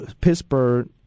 Pittsburgh